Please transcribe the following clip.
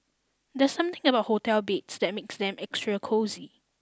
there's something about hotel beds that makes them extra cosy